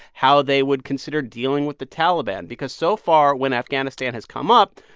how they would consider dealing with the taliban because, so far, when afghanistan has come up,